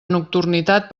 nocturnitat